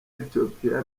ethiopia